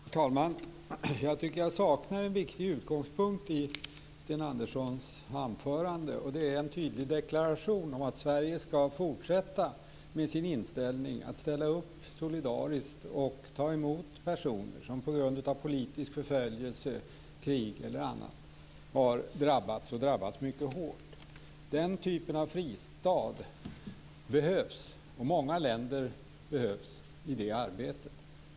Herr talman! Jag tycker att jag saknar en viktig utgångspunkt i Sten Anderssons anförande. Det är en tydlig deklaration om att Sverige ska fortsätta med sin inställning att ställa upp solidariskt och ta emot personer som på grund av politisk förföljelse, krig eller annat har drabbats, och drabbats mycket hårt. Den typen av fristad behövs, och många länder behövs i det arbetet.